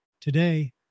Today